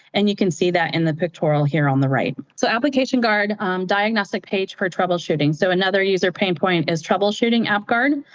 and you can see that in the pictorial here on the right. so application guard diagnostic page for troubleshooting. so another user pain point is troubleshooting app guard.